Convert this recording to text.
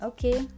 Okay